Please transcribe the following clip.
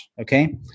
okay